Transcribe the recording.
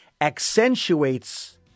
accentuates